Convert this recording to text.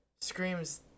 screams